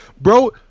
Bro